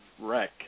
wreck